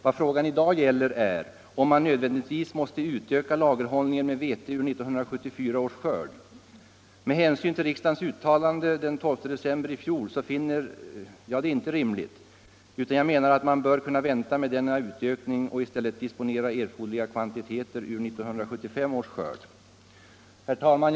Vad frågan i dag gäller är om man nödvändigtvis måste utöka lagerhållningen med vete ur 1974 års skörd. Med hänsyn till riksdagens uttalande den 12 december i fjol finner jag detta inte rimligt utan menar att man bör kunna vänta med denna utökning och i stället disponera erforderliga kvantiteter ur 1975 års skörd. Herr talman!